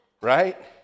right